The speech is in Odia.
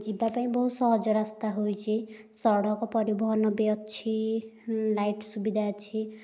ଯିବା ପାଇଁ ବହୁତ ସହଜ ରାସ୍ତା ହୋଇଛି ସଡ଼କ ପରିବହନ ବି ଅଛି ଲାଇଟ୍ ସୁବିଧା ଅଛି